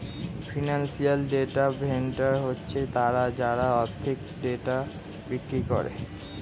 financial data vendor হচ্ছে তারা যারা আর্থিক ডেটা বিক্রি করে